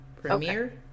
premiere